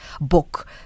book